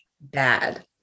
bad